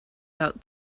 out